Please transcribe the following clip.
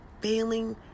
failing